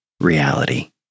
reality